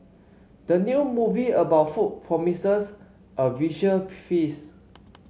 the new movie about food promises a visual feast